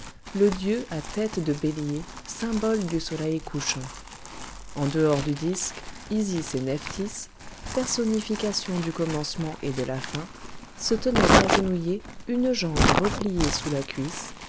le dieu à tête de bélier symbole du soleil couchant en dehors du disque isis et nephthys personnifications du commencement et de la fin se tenaient agenouillées une jambe repliée sous la cuisse